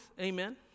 Amen